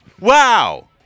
Wow